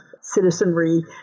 citizenry